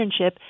internship